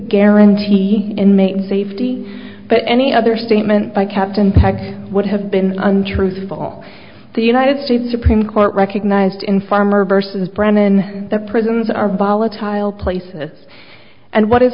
guarantee inmate safety but any other statement by captain peg would have been untruthful the united states supreme court recognized in farmer versus brennan the prisons are bala tile places and what is